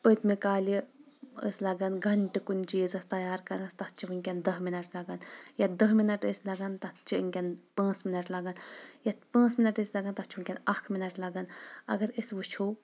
پٔتۍمہِ کالہِ ٲسۍ لگان گنٛٹہٕ کُنہِ چیٖزس تیار کرنس تتھ چہِ ؤنۍکیٚن دہ منٹ لگان یتھ دہ منٹ ٲسۍ لگان تتھ چھِ ؤنۍکیٚن پانٛژھ منٹ لگان یتھ پانٛژھ منٹ ٲسۍ لگان تتھ چھُ ؤنۍکیٚن اکھ منٹ لگان اگر أسۍ وٕچھو